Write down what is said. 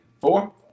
four